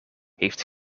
heeft